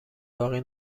باقی